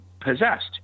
possessed